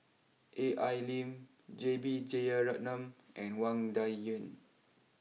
A I Lim J B Jeyaretnam and Wang Dayuan